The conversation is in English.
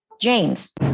James